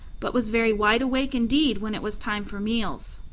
but was very wide awake indeed when it was time for meals.